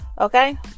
okay